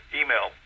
email